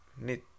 Need